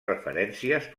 referències